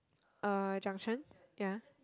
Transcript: uh junctions ya